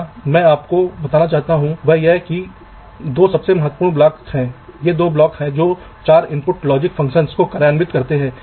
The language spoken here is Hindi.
रिफर स्लाइड टाइम 1540 तो यहाँ मुझे VDD कनेक्शन की आवश्यकता है मुझे यहाँ एक ग्राउंड कनेक्शन की आवश्यकता है